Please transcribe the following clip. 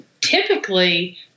typically